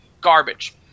garbage